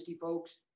folks